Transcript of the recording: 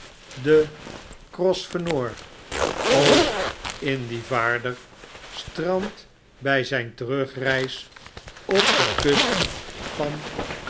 de grosvenor oostindievaarder strandt bij zyn terugreis op de kust van